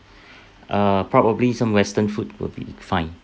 uh probably some western food will be fine